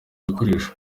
bikoresho